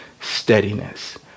steadiness